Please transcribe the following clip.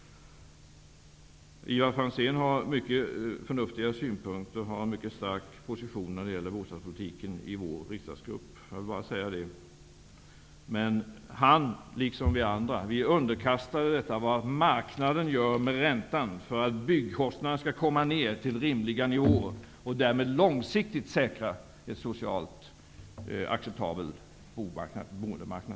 Ivar Franzén har mycket förnuftiga synpunkter och har en stark position i vår riksdagsgrupp när det gäller bostadspolitiken. Men han liksom vi andra är underkastade vad marknaden gör med räntan för att byggkostnaden skall komma ner till rimliga nivåer och för att därmed långsiktigt säkra en socialt acceptabel boendemarknad.